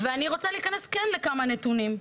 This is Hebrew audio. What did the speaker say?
ואני רוצה להיכנס כן לכמה נתונים.